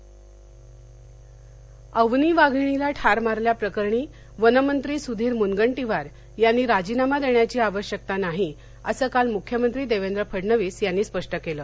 मख्यमंत्री मनगंटीवार अवनी वाधिणीला ठार मारल्याप्रकरणी वनमंत्री सुधीर मुनगंटीवार यांनी राजीनामा देण्याची आवश्यकता नाही असं काल मुख्यमंत्री देवेंद्र फडणवीस यांनी स्पष्ट केलं